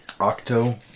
Octo